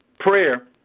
Prayer